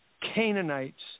Canaanites